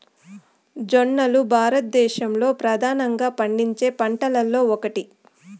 జొన్నలు భారతదేశంలో ప్రధానంగా పండించే పంటలలో ఒకటి